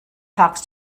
talks